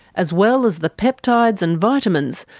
as well as the peptides and vitamins,